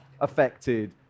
affected